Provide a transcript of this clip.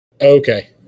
Okay